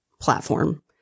platform